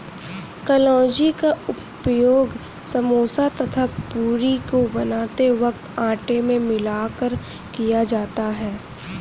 कलौंजी का उपयोग समोसा तथा पूरी को बनाते वक्त आटे में मिलाकर किया जाता है